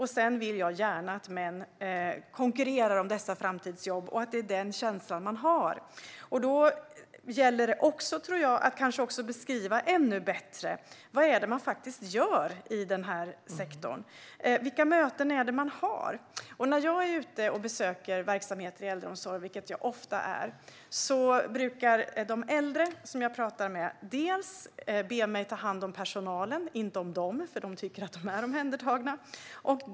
Jag vill också gärna att män konkurrerar om dessa framtidsjobb och att det är den känslan man har. Då gäller det, tror jag, att beskriva ännu bättre vad det är man faktiskt gör i den här sektorn. Vilka möten är det man har? När jag är ute och besöker verksamheter i äldreomsorgen, vilket jag ofta är, brukar de äldre dels be mig ta hand om personalen och inte om dem. De tycker nämligen att de är omhändertagna.